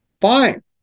Fine